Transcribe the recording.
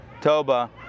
Toba